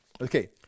okay